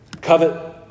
covet